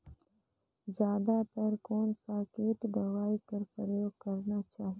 जादा तर कोन स किट दवाई कर प्रयोग करना चाही?